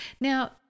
Now